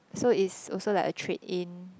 so is also like a trade in